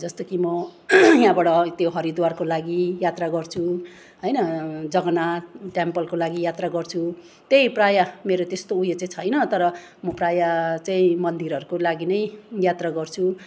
जस्तो कि म यहाँबाट त्यो हरिद्वारको लागि यात्रा गर्छु होइन जगन्नाथ टेम्पलको लागि यात्रा गर्छु त्यही प्रायः मेरो त्यस्तो उयो चाहिँ छैन तर म प्रायः चाहिँ मन्दिरहरूको लागि नै यात्रा गर्छु